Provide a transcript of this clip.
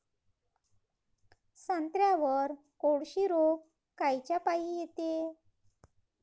संत्र्यावर कोळशी रोग कायच्यापाई येते?